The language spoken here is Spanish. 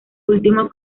último